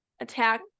attack